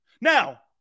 Now